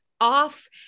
off